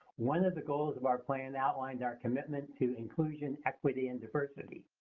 one of the goals of our plan outlined our commitment to inclusion, equity, and diversity.